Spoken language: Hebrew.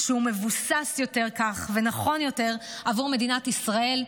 שהוא מבוסס יותר כך ונכון יותר עבור מדינת ישראל,